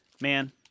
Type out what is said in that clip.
man